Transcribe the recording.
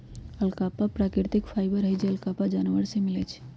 alpaca प्राकृतिक fibre हई जे अल्पाका जानवर से मिलय छइ